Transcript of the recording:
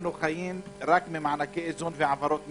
אנחנו חיים רק ממענקי איזון והעברות ממשלתיות.